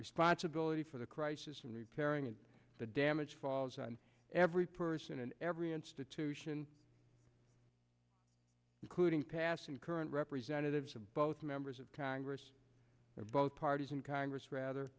responsibility for the crisis and repairing the damage falls on every person and every institution including past and current representatives of both members of congress of both parties in congress rather